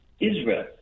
Israel